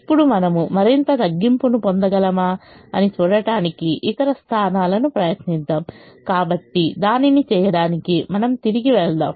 ఇప్పుడు మనము మరింత తగ్గింపును పొందగలమా అని చూడటానికి ఇతర స్థానాలను ప్రయత్నిద్దాం కాబట్టి దానిని చేయడానికి మనం తిరిగి వెళ్దాం